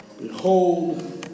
behold